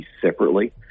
separately